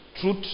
truth